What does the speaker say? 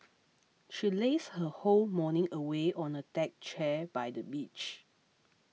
she lazed her whole morning away on a deck chair by the beach